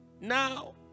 now